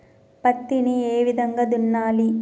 పత్తిని ఏ విధంగా దున్నాలి?